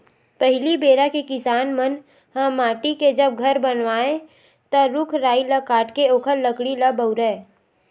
पहिली बेरा के किसान मन ह माटी के जब घर बनावय ता रूख राई ल काटके ओखर लकड़ी ल बउरय